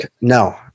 no